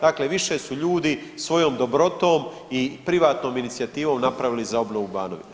Dakle više su ljudi svojom dobrotom i privatnom inicijativom napravili za obnovu Banovine.